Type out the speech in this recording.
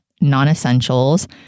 non-essentials